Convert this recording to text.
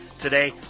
Today